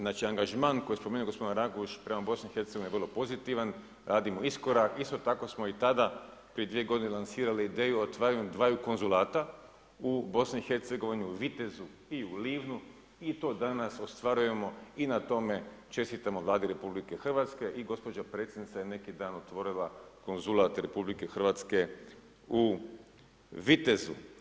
Znači angažman koji je spomenuo gospodin Raguž prema BiH-a je vrlo pozitivan, radimo iskorak, isto tako smo i tada prije 2 godine lansirali ideju o otvaranju dvaju konzulata u BiH-u, u Vitezu i u Livnu i to danas ostvarujemo i na tome čestitamo Vladi RH i gospođa predsjednica je neki dan otvorila konzulat RH u Vitezu.